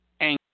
anger